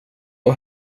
och